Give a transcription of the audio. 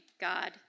God